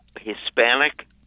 Hispanic